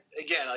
Again